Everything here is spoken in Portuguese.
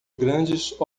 grandes